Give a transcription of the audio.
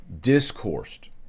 discoursed